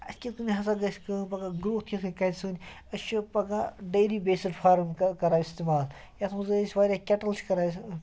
اَسہِ کِتھ کَنۍ ہَسا گَژھِ کٲم پَگاہ گرٛوتھ کِتھ کَنۍ کَرِ سٲنۍ أسۍ چھِ پَگاہ ڈیلی بیسٕڈ فارَم کہ کران اِستعمال یَتھ منٛز أسۍ واریاہ کٮ۪ٹٕل چھِ کران أسۍ